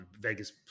vegas